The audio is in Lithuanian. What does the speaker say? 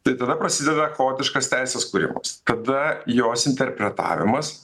tai tada prasideda chaotiškas teisės kūrimas tada jos interpretavimas